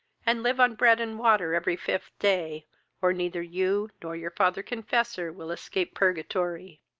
and live on bread and water every fifth day or neither you, nor your father-confessor will escape purgatory.